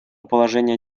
положения